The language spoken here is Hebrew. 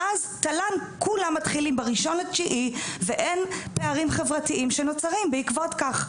ואז תל"ן כולם מתחילים ב-1.9 ואין פערים חברתיים שנוצרים בעקבות כך.